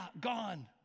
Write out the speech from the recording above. gone